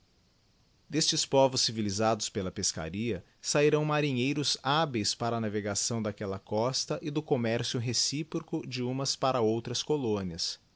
destes povos civilisados pela pescaria sahirao marinheiros hábeis para a navegação daquella costa e do commercio reciproco de umas para outras colónias